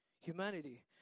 humanity